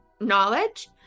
knowledge